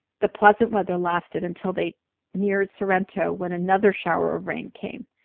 the pleasant weather lasted until they neared sorrento, when another shower of rain came